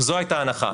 זו הייתה ההנחה,